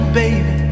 baby